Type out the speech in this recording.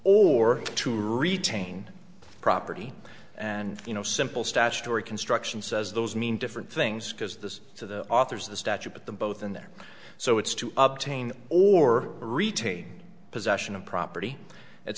or to retain property and you know simple statutory construction says those mean different things because this to the authors of the statute but the both in there so it's to obtain or retain possession of property